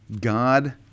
God